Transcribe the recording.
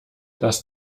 das